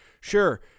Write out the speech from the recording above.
sure